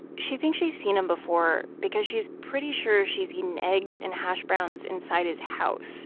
she thinks she's seen him before because she's pretty sure she's eaten eggs and hash browns inside his house